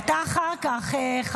אתה אחר כך.